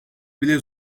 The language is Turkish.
bile